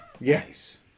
Yes